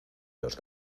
los